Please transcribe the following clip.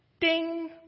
Ding